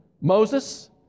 Moses